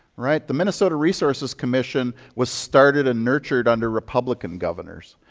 right. the minnesota resources commission was started and nurtured under republican governors.